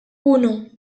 uno